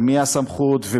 ומי הסמכות,